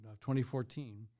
2014